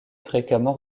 fréquemment